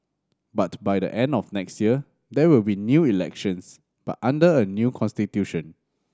but by the end of next year there will be new elections but under a new constitution